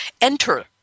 enter